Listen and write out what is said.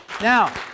Now